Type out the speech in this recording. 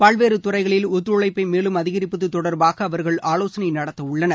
பல்வேறு துறைகளில் ஒத்துழைப்பை மேலும் அதிகரிப்பது தொடர்பாக அவர்கள் ஆலோகளை நடத்தவுள்ளனர்